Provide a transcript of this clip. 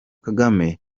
kagame